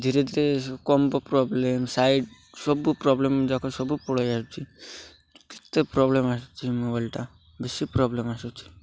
ଧୀରେ ଧୀରେ combo problem side ସବୁ ପ୍ରୋବ୍ଲେମ୍ ଯାକ ସବୁ ପଳେଇ ଆଉଛି କେତେ ପ୍ରୋବ୍ଲେମ୍ ଆସୁଛି ମୋବାଇଲ୍ଟା ବେଶୀ ପ୍ରୋବ୍ଲେମ୍ ଆସୁଛିି